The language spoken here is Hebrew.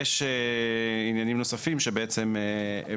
שתיים, הנושא שעלה פה והוא הרחבת התחולה